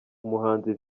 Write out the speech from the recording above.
umuhanzi